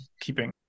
Keeping